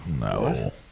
No